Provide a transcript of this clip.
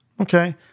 Okay